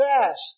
fast